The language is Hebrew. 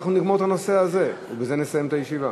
אנחנו נגמור את הנושא הזה, ובזה נסיים את הישיבה.